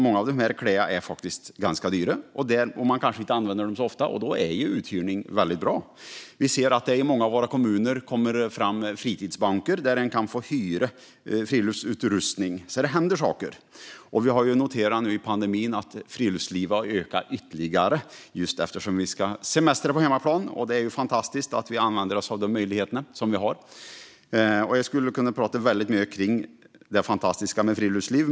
Många av de här kläderna är ganska dyra, och man kanske inte använder dem så ofta. Då är uthyrning väldigt bra. Vi ser också att det i många av våra kommuner kommer fram fritidsbanker där man kan få hyra friluftsutrustning. Det händer alltså saker! Vi har noterat nu under pandemin att friluftslivet har ökat ytterligare, eftersom vi ska semestra på hemmaplan. Det är fantastiskt att vi använder oss av de möjligheter som vi har. Jag skulle kunna prata mycket om det fantastiska med friluftsliv.